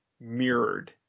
mirrored